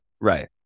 Right